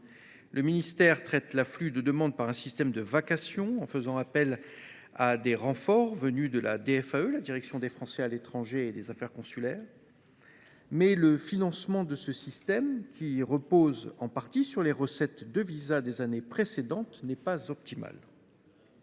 Le ministère traite cet afflux par un système de vacations, en faisant appel à des renforts venus de la direction des Français à l’étranger et de l’administration consulaire (DFAE). Mais le financement de ce dispositif, qui repose en partie sur les recettes de visas des années précédentes, n’est pas optimal.